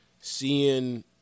seeing